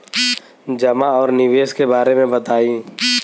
जमा और निवेश के बारे मे बतायी?